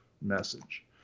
message